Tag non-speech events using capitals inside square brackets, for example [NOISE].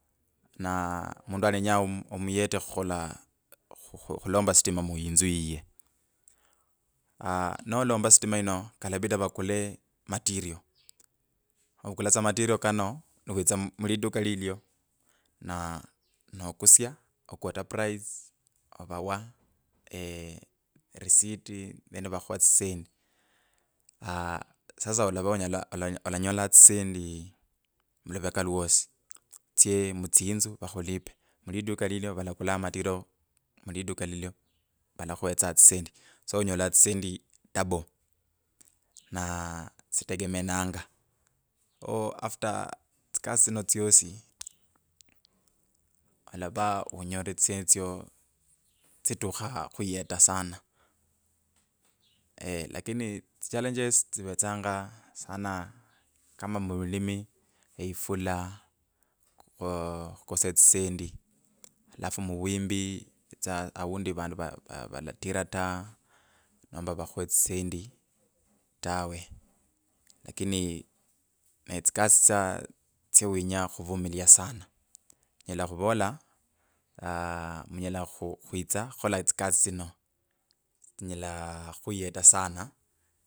Na mundu alenya omuyete khukhola khu khu khulomba stima muyinzu yiye aaah nolomba stima yino kalabida vakule materials ovakulan tsa material kano niwitsa muliduka lilyo nokusya noquota price avawa [HESITATION] risiti then vakhuwa tsisendi aaah sasa olava onyala ala ola olanyolanga tsisendi muluveka lwosi otsye mutsinzu vakhulipe muliduka lilyo valakula material muliduka lilyo valakhuwesta tsisendi so onyolanga tsisendi double na tsitegemeananga so after tsikasi tsino tsyosi olava unyorire tsisendi tsyo tsitukha khuyeta sana lakini tsichallenges tsivetsanga sana kama muvulimi, eifula oooh khukosa etsisendi alafu murwimbi ivetsa aundi vandu va, valatira ta momba vakhuwe tsisendi tawe lakini netsikasi tsya tsya winya khuvumilia sana khivola aah munyela khwi kwitsa khukhola tsikasi tsino tsinyela khuyeta sana.